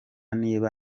niba